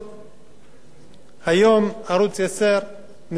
היום ערוץ-10 מפרנס מאות משפחות.